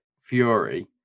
fury